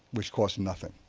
which costs nothing.